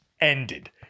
ended